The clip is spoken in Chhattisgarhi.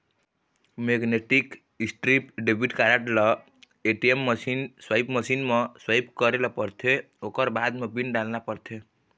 मेगनेटिक स्ट्रीप डेबिट कारड ल ए.टी.एम मसीन, स्वाइप मशीन म स्वाइप करे ल परथे ओखर बाद म पिन डालना परथे